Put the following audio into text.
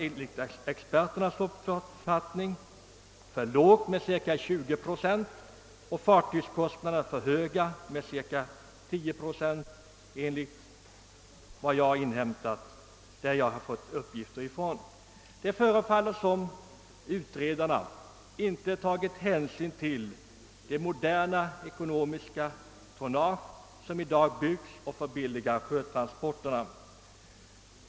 Enligt de experter, vilkas uppfattning jag har inhämtat, har lastbilskostnaderna därvid beräknats cirka 20 procent för lågt och fartygskostnaderna cirka 10 procent för högt. Det förefaller som om utredarna inte har tagit hänsyn till det moderna ekonomiska tonnage som i dag byggs och som förbilligar sjötransporterna.